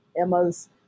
emma's